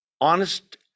honest